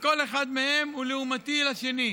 וכל אחד מהם הוא לעומתי לשני.